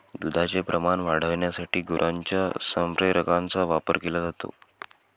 दुधाचे प्रमाण वाढविण्यासाठी गुरांच्या संप्रेरकांचा वापर केला जातो